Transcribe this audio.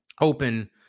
open